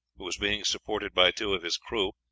who was being supported by two of his crew,